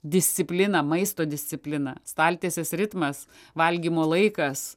disciplina maisto disciplina staltiesės ritmas valgymo laikas